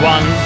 One